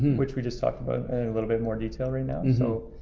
which we just talked about a little bit more detail right now. and so,